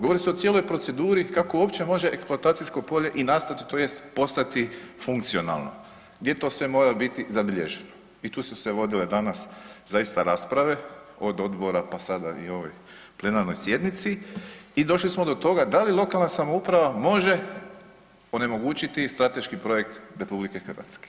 Govori se o cijeloj proceduri kako uopće može eksploatacijsko polje i nastati tj. postati funkcionalno, gdje to sve mora biti zabilježeno, i tu su se vodile danas zaista rasprave, od odbora pa sada i ovoj plenarnoj sjednici i došli smo do toga da li lokalna samouprava može onemogućiti strateški projekt RH?